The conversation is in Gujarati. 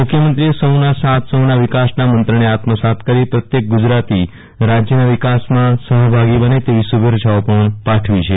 મુખ્યમંત્રી એ સૌના સાથ સૌના વિકાસ ના મંત્ર ને આત્મસાત કરી પ્રત્યેક ગુજરાતી રાજ્ય ના વિકાસ માં સહભાગી બને તેવી શુ ભે ચ્છાઓ પણ પાઠવી છે